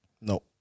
No